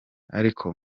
ariko